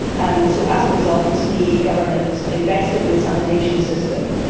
and so as a result the government invested in the sanitation system,